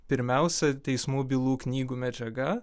pirmiausia teismų bylų knygų medžiaga